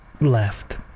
Left